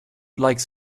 like